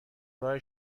راه